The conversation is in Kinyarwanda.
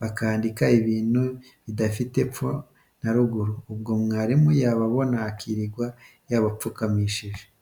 bakandikaho ibintu bidafite epfo na ruguru, ubwo mwarimu yababona akirirwa yabapfukamishije.